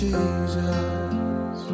Jesus